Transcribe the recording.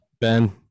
ben